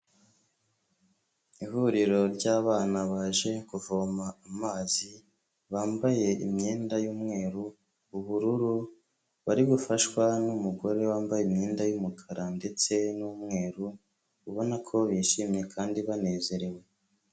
Ihuriro ry'abana baje kuvoma amazi, bambaye imyenda y'umweru, ubururu, bari gufashwa n'umugore wambaye imyenda y'umukara ndetse n'umweru, ubona ko bishimye kandi banezerewe.